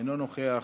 אינו נוכח,